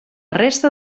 resta